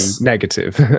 negative